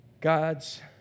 God's